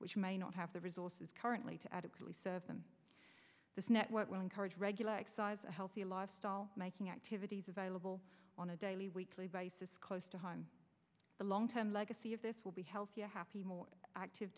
which may not have the resources currently to adequately serve them this network will encourage regular exercise a healthy lifestyle making activities available on a daily weekly basis close to home the long term legacy of this will be healthier happy more active